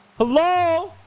hello